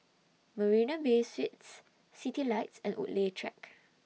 Marina Bay Suites Citylights and Woodleigh Track